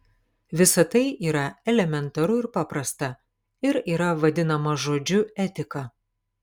visa tai yra elementaru ir paprasta ir yra vadinama žodžiu etika